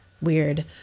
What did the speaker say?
weird